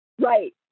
Right